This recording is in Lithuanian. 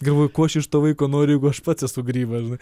galvoju ko aš iš to vaiko noriu aš pats esu grybas žinai